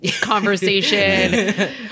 Conversation